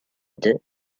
deux